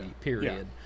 period